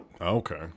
Okay